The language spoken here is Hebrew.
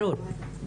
ברור.